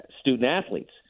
student-athletes